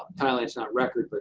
thailand is not record, but